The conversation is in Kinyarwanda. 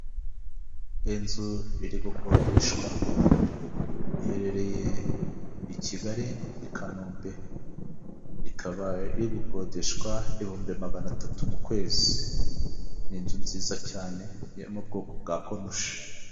Inzu iri gukodeshwa iherereye i Kigali i Kanombe ikaba iri gukodeshwa ibihumbi magana atatu mu kwezi, ni inzu nziza cyane yo mu bwoko bwa konoshi.